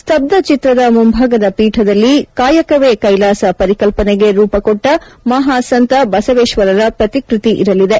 ಸ್ತಬ್ಲಚಿತ್ರದ ಮುಂಭಾಗದ ಪೀಠದಲ್ಲಿ ಕಾಯಕವೇ ಕೈಲಾಸ ಪರಿಕಲ್ಪನೆಗೆ ರೂಪಕೊಟ್ಟ ಮಹಾ ಸಂತ ಬಸವೇಶ್ವರರ ಪ್ರತಿಕೃತಿ ಇರಲಿದೆ